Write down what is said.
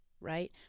right